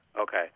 Okay